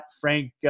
Frank